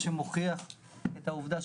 מה שמוכיח את העובדה.